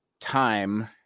time